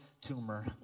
tumor